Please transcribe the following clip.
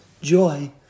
Joy